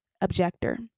objector